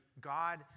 God